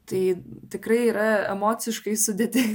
tai tikrai yra emociškai sudėtinga